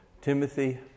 Timothy